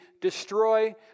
destroy